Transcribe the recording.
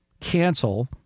cancel